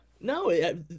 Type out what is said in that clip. No